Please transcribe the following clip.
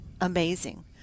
amazing